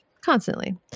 Constantly